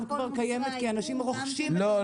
כבר קיימת כי אנשים רוכשים את המוצרים האלה --- לא,